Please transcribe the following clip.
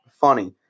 Funny